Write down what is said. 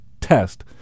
test